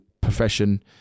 profession